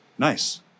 Nice